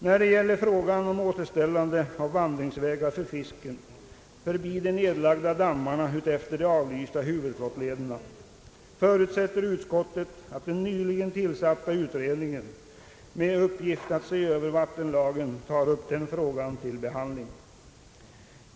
När det gäller frågan om :återställande av vandringsvägar för fisken förbi de anlagda dammarna utefter de avlysta huvudflottlederna förutsätter utskottet att den nyligen tillsatta utredningen med uppgift att se över vattenlagen tar upp den frågan till behandling.